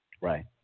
Right